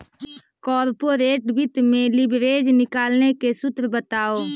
corporate वित्त में leverage निकाले के सूत्र बताओ